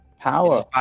power